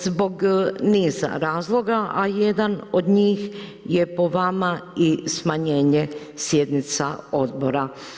Zbog niza razloga a jedan od njih je po vama i smanjenje sjednica odbora.